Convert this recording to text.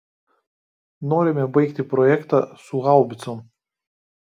norime baigti projektą su haubicom